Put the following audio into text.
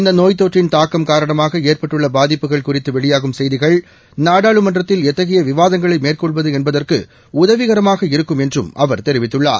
இந்த நோய் தொற்றின் தாக்கம் காரணமாக ஏற்பட்டுள்ள பாதிப்புகள் குறித்து வெளியாகும் செய்திகள் நாடாளுமன்றத்தில் எத்தகைய விவாதங்களை மேற்கொள்வது என்பதற்கு உதவிகரமாக இருக்கும் என்றும் அவர் தெரிவித்துள்ளார்